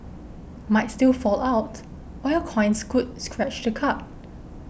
might still fall out or your coins could scratch the card